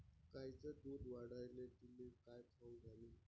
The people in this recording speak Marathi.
गायीचं दुध वाढवायले तिले काय खाऊ घालू?